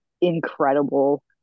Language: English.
incredible